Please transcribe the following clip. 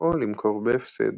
או למכור בהפסד.